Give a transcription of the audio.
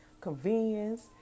convenience